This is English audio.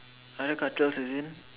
other cartels as in